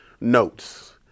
notes